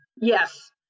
Yes